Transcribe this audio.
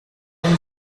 den